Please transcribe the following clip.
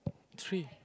three